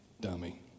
dummy